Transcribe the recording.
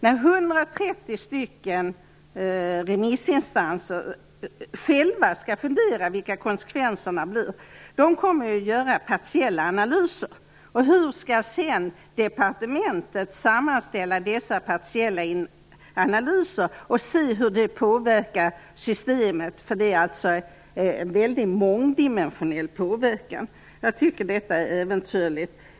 När 130 remissinstanser själva skall fundera över vilka konsekvenserna blir kommer de att göra partiella analyser. Hur skall departementet sammanställa dessa analyser och se hur systemet påverkas? Det blir en mycket mångdimensionell påverkan. Jag tycker att detta är äventyrligt.